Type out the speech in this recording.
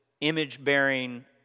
image-bearing